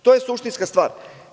To je suštinska stvar.